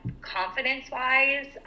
confidence-wise